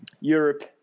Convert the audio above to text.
Europe